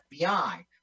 FBI